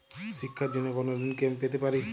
শিক্ষার জন্য কোনো ঋণ কি আমি পেতে পারি?